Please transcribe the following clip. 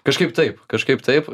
kažkaip taip kažkaip taip